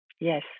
yes